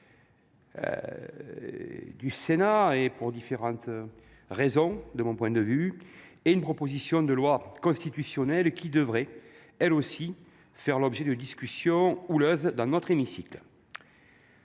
du Sénat à différents titres, et, d’autre part, une proposition de loi constitutionnelle qui devrait, elle aussi, faire l’objet de discussions houleuses dans notre hémicycle.